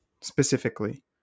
specifically